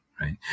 right